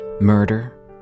Murder